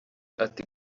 ati